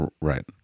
right